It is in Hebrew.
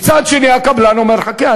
מצד שני הקבלן אומר: חכה,